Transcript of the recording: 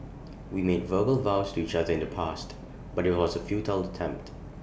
we made verbal vows to each other in the past but IT was A futile attempt